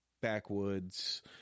backwoods